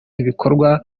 ibikorwa